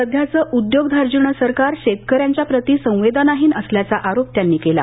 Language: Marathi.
सध्याचं उद्योग धार्जिणं सरकार शेतकऱ्यांच्या प्रती संवेदनाहीन असल्याचा आरोप त्यांनी केला